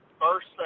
First